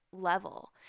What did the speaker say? level